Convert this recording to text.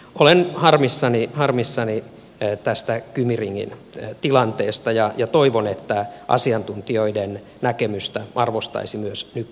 olen harmissani tästä kymi ringin tilanteesta ja toivon että asiantuntijoiden näkemystä arvostaisi myös nykyinen ministeri